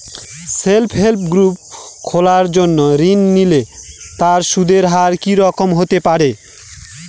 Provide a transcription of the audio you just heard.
Self help group খোলার জন্য ঋণ নিলে তার সুদের হার কি রকম হতে পারে?